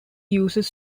uses